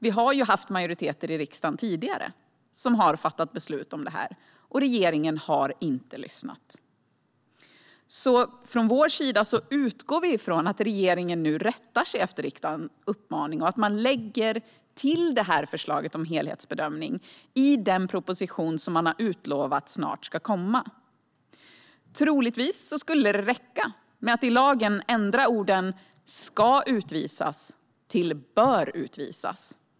Vi har haft majoriteter i riksdagen tidigare som har fattat beslut om detta, men regeringen har inte lyssnat. Från vår sida utgår vi därför från att regeringen nu rättar sig efter riksdagens uppmaning och att man lägger till detta förslag om en helhetsbedömning i den proposition som man har utlovat snart ska komma. Troligtvis skulle det räcka att i lagen ändra orden "ska utvisas" till "bör utvisas".